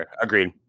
Agreed